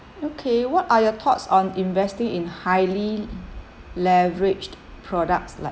okay what are your thoughts on investing in highly leveraged products like